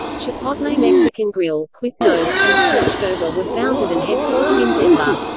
chipotle mexican grill, quiznos, and smashburger were founded and headquartered in denver.